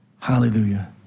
Hallelujah